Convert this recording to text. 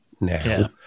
now